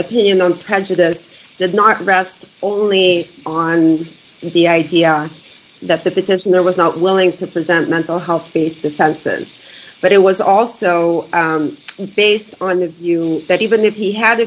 opinion on prejudice did not rest only on the idea that the potential there was not willing to present mental health based defenses but it was also based on the view that even if he had